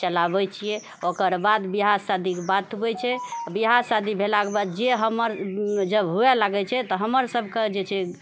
चलाबै छिऐ ओकर बाद बिआह शादीके बात होइत छै बिआह शादी भेलाके बाद जे हमर जब हुए लागैत छै तऽ हमर सभकेँ जे छै